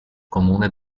comune